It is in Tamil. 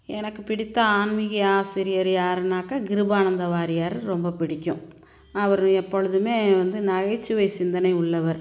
எனக்கு பிடித்த ஆன்மீக ஆசிரியர் யாருன்னாக்கால் கிருபானந்த வாரியார் ரொம்ப பிடிக்கும் அவர் எப்பொழுதுமே வந்து நகைச்சுவை சிந்தனை உள்ளவர்